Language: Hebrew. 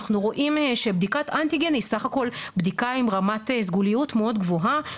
אנחנו רואים שבדיקת אנטיגן היא סך הכל בדיקה עם רמת סגוליות מאוד גבוהה.